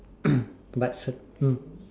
but it's a mm